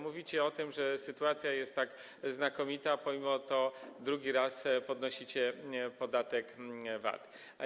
Mówicie o tym, że sytuacja jest taka znakomita, a mimo to drugi raz podnosicie podatek VAT.